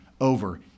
over